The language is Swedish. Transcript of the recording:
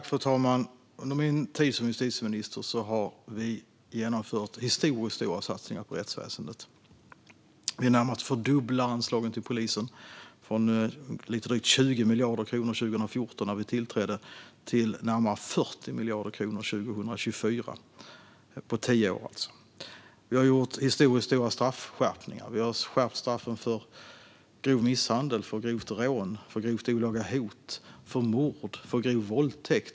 Fru talman! Under min tid som justitieminister har vi genomfört historiskt stora satsningar på rättsväsendet. Vi har närmast fördubblat anslagen till polisen, från lite drygt 20 miljarder kronor när vi tillträdde 2014 till närmare 40 miljarder kronor 2024 - alltså på tio år. Vi har gjort historiskt stora straffskärpningar. Vi har skärpt straffen för grov misshandel, grovt rån, grovt olaga hot, mord och grov våldtäkt.